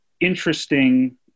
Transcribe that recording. interesting